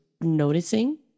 noticing